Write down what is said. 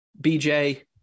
BJ